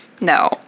No